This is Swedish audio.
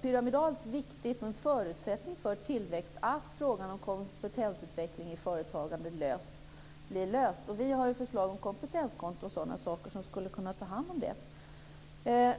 pyramidalt viktigt och en förutsättning för tillväxt att frågan om kompetensutveckling i företagande blir löst. Vi har förslag om kompetenskonto och sådana saker som skulle kunna ta hand om det.